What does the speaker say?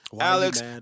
Alex